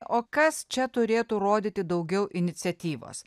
o kas čia turėtų rodyti daugiau iniciatyvos